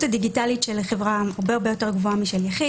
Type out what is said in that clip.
הדיגיטלית של החברה הרבה הרבה יותר גבוהה משל יחיד.